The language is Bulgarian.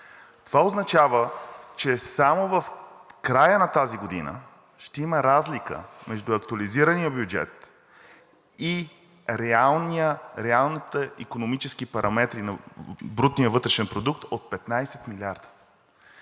Това означава, че само в края на тази година ще има разлика между актуализирания бюджет и реалните икономически параметри на брутния вътрешен продукт от 15 милиарда.